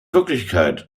wirklichkeit